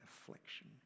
affliction